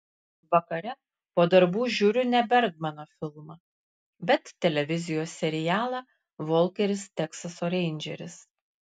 vakare po darbų žiūriu ne bergmano filmą bet televizijos serialą volkeris teksaso reindžeris